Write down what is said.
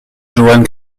johann